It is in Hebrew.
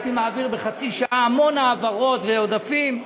הייתי מעביר בחצי שעה המון העברות ועודפים,